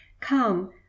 come